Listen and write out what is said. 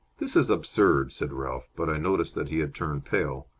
this is absurd! said ralph, but i noticed that he had turned pale.